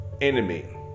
enemy